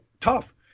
tough